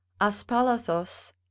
aspalathos